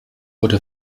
wurde